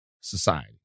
society